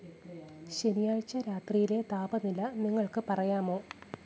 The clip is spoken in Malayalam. ശനിയാഴ്ച രാത്രിയിലെ താപനില നിങ്ങൾക്ക് പറയാമോ